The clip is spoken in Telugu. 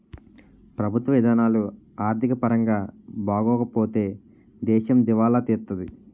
ప్రభుత్వ ఇధానాలు ఆర్థిక పరంగా బాగోపోతే దేశం దివాలా తీత్తాది